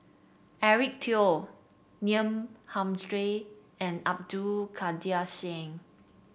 Eric Teo Neil Humphreys and Abdul Kadir Syed